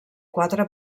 quatre